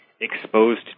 exposed